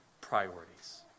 priorities